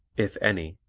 if any,